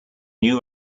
new